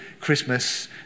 Christmas